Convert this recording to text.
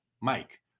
Mike